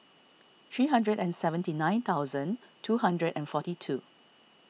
three hundred and seventy nine thousand two hundred and forty two